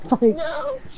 No